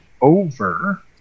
over